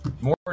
More